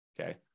okay